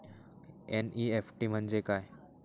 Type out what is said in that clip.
NEFT म्हणजे काय?